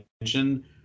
attention